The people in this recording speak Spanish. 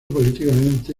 políticamente